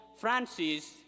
Francis